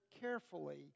carefully